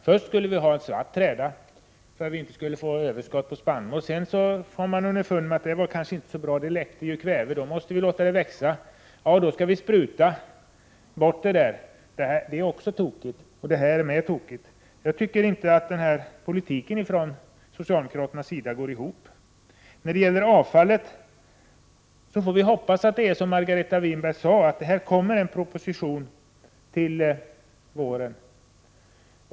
Först skulle vi ha en svart träda för att vi inte skulle få överskott på spannmål. Sedan kom man underfund med att det kanske inte var så bra — det uppstod ju kväveläckage — och då måste man tillåta växtlighet. Och sedan skall vi spruta bort ogräset. Det är tokigt, och det här är också tokigt. Jag tycker inte att denna politik från socialdemokraternas sida går ihop. När det gäller avfallet får vi hoppas att det är riktigt som Margareta Winberg sade, att det kommer en proposition till våren.